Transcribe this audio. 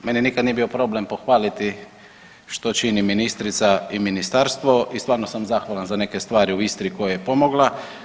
Meni nikad nije bio problem pohvaliti što ministrica i ministarstvo i stvarno sam zahvalan za neke stvari u Istri koja je pomogla.